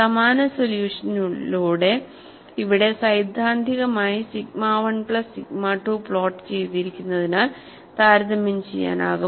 സമാന സൊല്യൂഷനിലൂടെ ഇവിടെ സൈദ്ധാന്തികമായി സിഗ്മ 1 പ്ലസ് സിഗ്മ 2 പ്ലോട്ട് ചെയ്തിരിക്കുന്നതിനാൽ താരതമ്യം ചെയ്യാനാകും